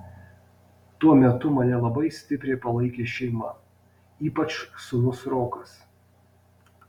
tuo metu mane labai stipriai palaikė šeima ypač sūnus rokas